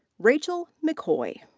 rachel mccoy.